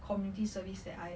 community service that I